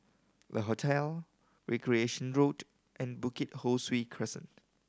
Le Hotel Recreation Road and Bukit Ho Swee Crescent